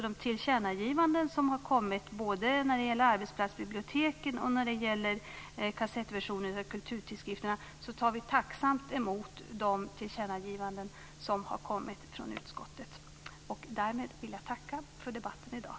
De tillkännagivanden som har kommit både när det gäller arbetsplatsbiblioteken och när det gäller kassettversioner av kulturtidskrifter har vi tacksamt tagit emot från utskottet. Därmed vill jag tacka för debatten i dag.